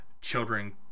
children